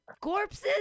Corpses